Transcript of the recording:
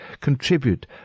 Contribute